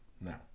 No